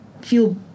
feel